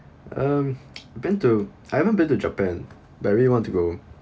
um been to I haven't been to japan but I really want to go